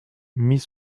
mit